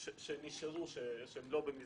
לפחות צריך לחכות שיהיו את ההוראות.